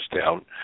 down